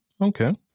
Okay